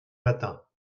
matins